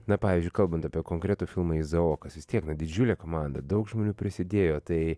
na pavyzdžiui kalbant apie konkretų filmą izaokas vis tiek na didžiulė komanda daug žmonių prisidėjo tai